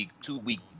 two-week